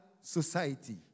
Society